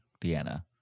Deanna